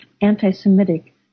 anti-Semitic